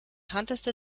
bekannteste